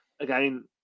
Again